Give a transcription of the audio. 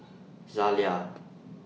Zalia